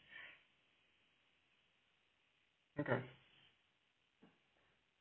okay